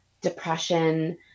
depression